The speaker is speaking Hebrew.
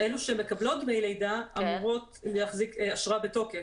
אלו שמקבלות דמי לידה, אמורות להחזיק אשרה בתוקף,